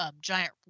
giant